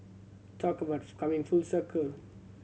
talk about coming full circle